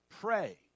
Pray